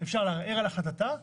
אפשר לערער על החלטתה,